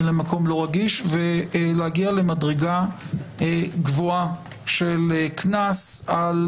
למקום לא רגיש ולהגיע למדרגה גבוהה של קנס על